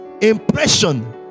Impression